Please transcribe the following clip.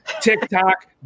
TikTok